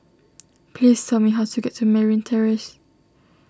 please tell me how to get to Merryn Terrace